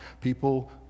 people